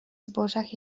zbożach